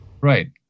Right